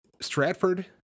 Stratford